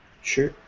Sure